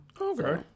Okay